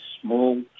small